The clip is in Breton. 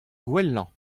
gwellañ